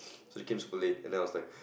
so they came super late and then I was like